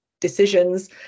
decisions